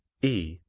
e.